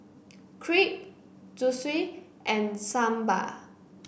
Crepe Zosui and Sambar